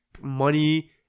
money